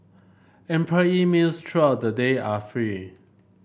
employee meals throughout the day are free